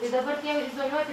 tai dabar tie izoliuoti